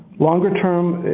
longer term,